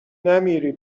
نمیری